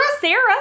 Sarah